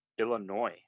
Illinois